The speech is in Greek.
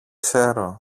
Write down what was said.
ξέρω